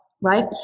right